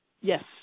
Yes